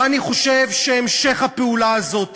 ואני חושב שהמשך הפעולה הזאת,